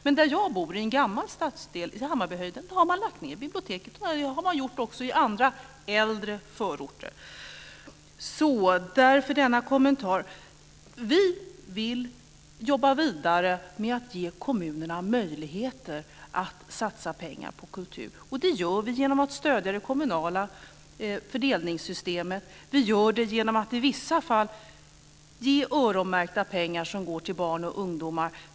Men där jag bor i Hammarbyhöjden som är en gammal stadsdel har man lagt ned biblioteket. Det har man gjort också i andra äldre förorter. Vi vill jobba vidare med att ge kommunerna möjligheter att satsa pengar på kultur. Det gör vi genom att stödja det kommunala fördelningssystemet och genom att i vissa fall ge öronmärkta pengar som går till barn och ungdomar.